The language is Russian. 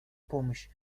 помощь